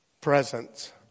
presence